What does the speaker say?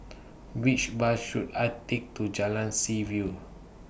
Which Bus should I Take to Jalan Seaview